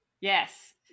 Yes